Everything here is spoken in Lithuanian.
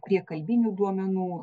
prie kalbinių duomenų